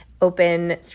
open